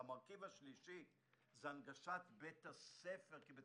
המרכיב השלישי הוא הנגשת בית הספר כבית